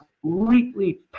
completely